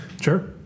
Sure